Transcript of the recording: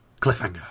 Cliffhanger